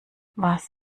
was